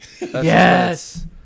Yes